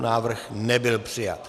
Návrh nebyl přijat.